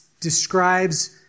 describes